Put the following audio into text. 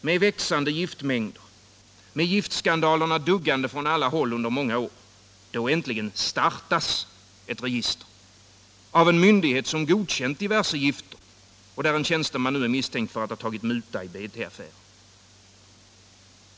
Med växande giftmängder och med giftskandaler dug 13 oktober 1977 gande från alla håll under många år — då äntligen startas ett register ——-——— av en myndighet som godkänt diverse gifter och där en tjänsteman nu Om giftspridningen är misstänkt för att ha tagit muta i BT Kemi-affären.